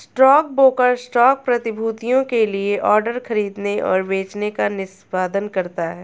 stockbroker stock प्रतिभूतियों के लिए ऑर्डर खरीदने और बेचने का निष्पादन करता है